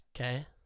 okay